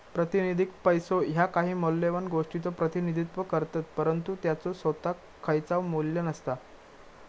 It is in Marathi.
प्रातिनिधिक पैसो ह्या काही मौल्यवान गोष्टीचो प्रतिनिधित्व करतत, परंतु त्याचो सोताक खयचाव मू्ल्य नसता